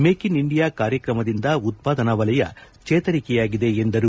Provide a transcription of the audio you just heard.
make in India ಕಾರ್ಯಕ್ರಮದಿಂದ ಉತ್ಪಾದನಾ ವಲಯ ಚೇತರಿಕೆಯಾಗಿದೆ ಎಂದರು